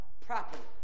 property